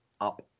up